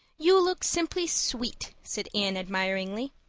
you look simply sweet, said anne admiringly.